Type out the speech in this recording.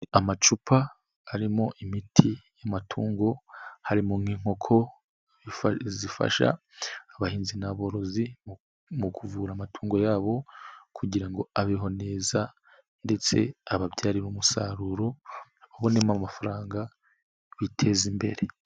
Amacupa arimo imiti y'amatungo harimo nk'inkoko, zifasha abahinzi n'aborozi mu kuvura amatungo yabo kugira ngo abeho neza ndetse ababyarira umusaruro babonemo amafaranga biteza imbere.